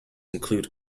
include